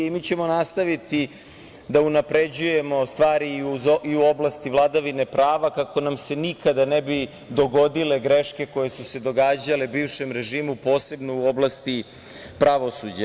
I mi ćemo nastaviti da unapređujemo stvari i u oblasti vladavine prava, kako nam se nikada ne bi dogodile greške koje su se događale bivšem režimu posebno u oblasti pravosuđa.